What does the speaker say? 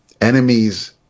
enemies